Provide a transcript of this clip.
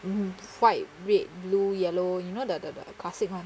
white red blue yellow you know the the the classic [one]